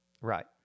Right